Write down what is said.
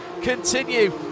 continue